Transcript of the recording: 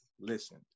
listen